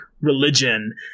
religion